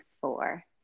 four